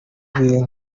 bintu